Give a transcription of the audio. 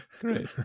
great